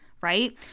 Right